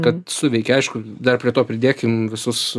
kad suveikė aišku dar prie to pridėkim visus